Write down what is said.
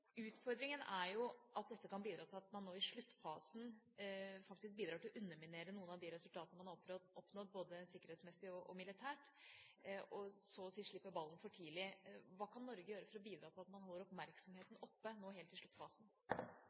Utfordringen er jo at dette kan bidra til at man nå i sluttfasen faktisk underminerer noen av de resultatene man har oppnådd både sikkerhetsmessig og militært, og så å si slipper ballen for tidlig. Hva kan Norge gjøre for å bidra til at man holder oppmerksomheten oppe nå helt i sluttfasen?